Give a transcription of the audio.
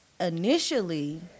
initially